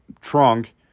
trunk